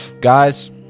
guys